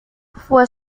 fue